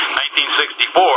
1964